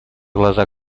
глаза